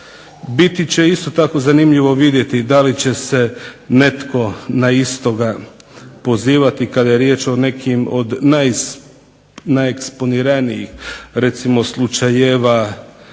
Biti će isto tako zanimljivo vidjeti da li će se netko na istoga pozivati kada je riječ od nekih najeksponiranijih recimo slučajeva